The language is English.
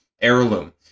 heirloom